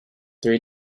three